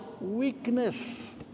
weakness